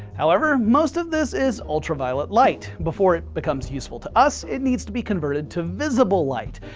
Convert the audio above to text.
however, most of this is ultraviolet light. before it becomes useful to us, it needs to be converted to visible light.